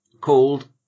called